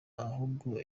ahubwo